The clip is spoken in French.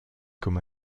comme